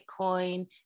Bitcoin